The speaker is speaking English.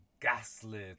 gaslit